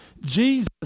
Jesus